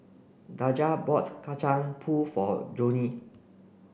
Daija bought Kacang Pool for Joni